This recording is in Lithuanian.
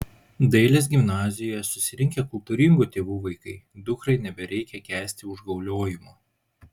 dailės gimnazijoje susirinkę kultūringų tėvų vaikai dukrai nebereikia kęsti užgauliojimų